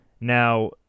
Now